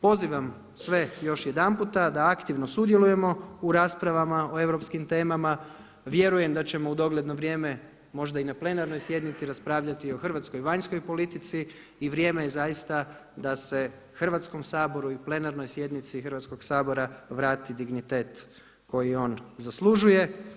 Pozivam sve još jedanput da aktivno sudjelujemo u raspravama o europskim temama, vjerujem da ćemo u dogledno vrijeme možda i na plenarnoj sjednici raspravljati o hrvatskoj vanjskoj politici i vrijeme je zaista da se Hrvatskom saboru i plenarnoj sjednici Hrvatskog sabora vrati dignitet koji on zaslužuje.